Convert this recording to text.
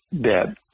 dead